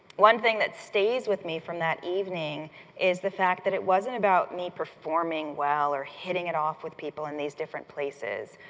one thing that stays with me from that evening is the fact that it wasn't about me performing well, or hitting it off with people in these different places.